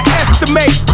estimate